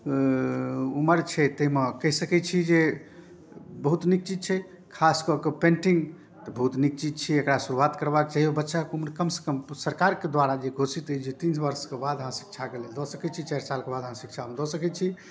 उम्र छै ताहिमे कहि सकै छी जे बहुत नीक चीज छै खास कऽ कऽ पेन्टिंग तऽ बहुत नीक चीज छियै एकरा शुरुआत करबाक चाही बच्चाके उम्र कमसँ कम सरकारके द्वारा जे घोषित अछि जे तीन वर्षके बाद अहाँ शिक्षाके लेल दऽ सकै छी चारि सालके बाद अहाँ शिक्षामे दऽ सकै छी